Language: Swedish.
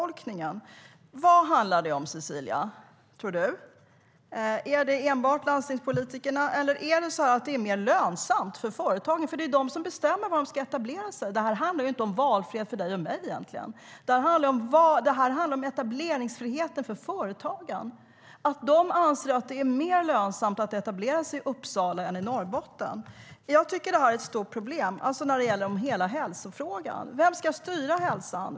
Vad handlar detta om, tror du, Cecilia? Jag tycker att detta är ett stort problem, och det gäller hela hälsofrågan. Vem ska styra hälsan?